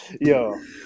Yo